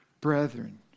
Brethren